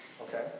Okay